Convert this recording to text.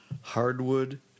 hardwood